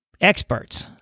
experts